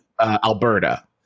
Alberta